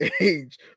age